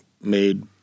made